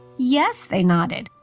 yes, they nodded.